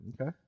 Okay